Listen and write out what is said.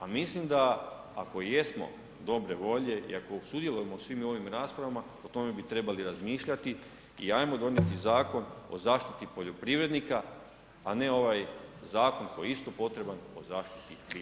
A mislim da ako i jednom dobre volje i ako sudjelujemo u svim ovim raspravama o tome bi trebali razmišljati i ajmo donijeti Zakon o zaštiti poljoprivrednika a ne ovaj zakon koji je isto potreban o zaštiti biljaka.